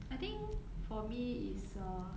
I think for me is uh